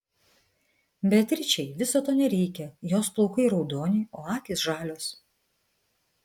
beatričei viso to nereikia jos plaukai raudoni o akys žalios